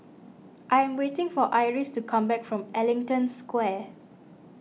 I am waiting for Iris to come back from Ellington Square